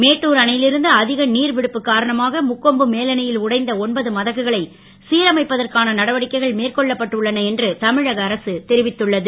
மேட்டூர் அணை ல் இருந்து அக நீர் விடுப்பு காரணமாக முக்கொம்பு மேலணை ல் உடைந்த மதகுகளை சிரமைப்பதற்கான நடவடிக்கைகள் மேற்கொள்ளப்பட்டு உள்ளன என்று தமிழக அரசு தெரிவித்துள்ளது